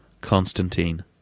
Constantine